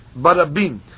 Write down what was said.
barabim